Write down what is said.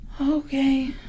Okay